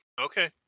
Okay